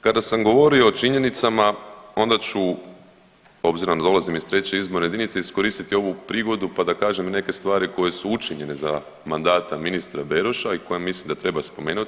Kada sam govorio o činjenicama onda ću, obzirom da dolazim iz treće izborne jedinice iskoristiti ovu prigodu pa da kažem i neke stvari koje su učinjene za mandata ministra Beroša i koje mislim da treba spomenuti.